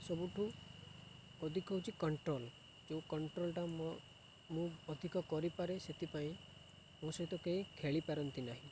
ସବୁଠୁ ଅଧିକ ହେଉଛି କଣ୍ଟ୍ରୋଲ୍ ଯେଉଁ କଣ୍ଟ୍ରୋଲଟା ମୁଁ ଅଧିକ କରିପାରେ ସେଥିପାଇଁ ମୋ ସହିତ କେହି ଖେଳିପାରନ୍ତି ନାହିଁ